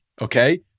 Okay